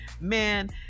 man